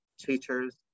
teachers